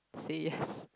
say yes